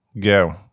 go